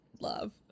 love